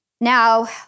Now